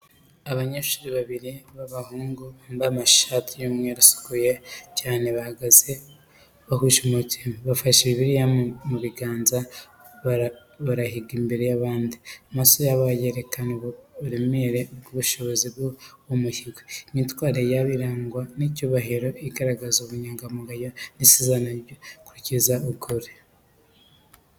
Abanyeshuri babiri b’abahungu bambaye amashati y’umweru asukuye cyane bahagaze bahuje umutima. Bafashe Bibiliya mu biganza, barahiga imbere y’abandi, amaso yabo yerekana uburemere n’ubushishozi bw'uwo muhigo. Imyitwarire yabo irangwa n’icyubahiro, igaragaza ubunyangamugayo n’isezerano ryo gukurikiza ukuri.